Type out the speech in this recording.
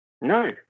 No